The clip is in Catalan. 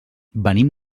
venim